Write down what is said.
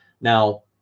Now